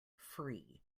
free